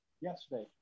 Yesterday